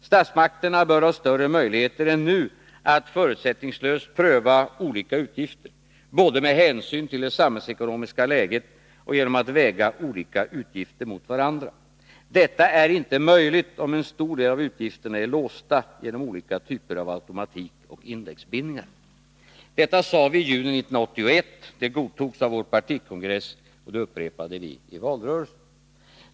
Statsmakterna bör ha större möjligheter än nu att förutsättningslöst pröva olika utgifter, både med hänsyn till det samhällsekonomiska läget och genom att väga olika utgifter mot varandra. Detta är inte möjligt om en stor del av utgifterna är låsta genom olika typer av automatik och indexbindningar.” Detta sade vi i juni 1981. Det godtogs av vår partikongress, och det upprepade vi i valrörelsen.